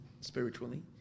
spiritually